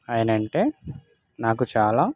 ఆయనంటే నాకు చాలా